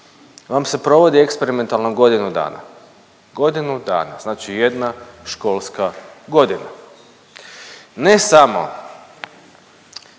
vam se provodi eksperimentalno godinu dana, godinu dana. Znači jedna školska godina. Ne samo